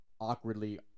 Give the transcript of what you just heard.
awkwardly